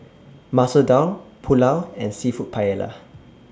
Masoor Dal Pulao and Seafood Paella